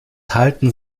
halten